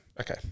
Okay